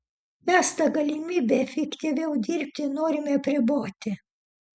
mes tą galimybę efektyviau dirbti norime apriboti